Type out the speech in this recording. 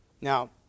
Now